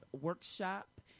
workshop